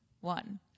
one